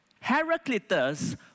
Heraclitus